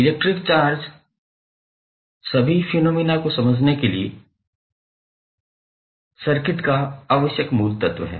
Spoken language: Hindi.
इलेक्ट्रिक चार्ज सभी इलेक्ट्रिकल फिनामिना को समझने के लिए सर्किट का आवश्यक मूल तत्त्व है